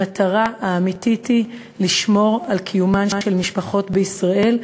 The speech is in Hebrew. המטרה האמיתית היא לשמור על קיומן של משפחות בישראל,